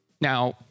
Now